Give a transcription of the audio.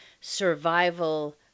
survival